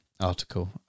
article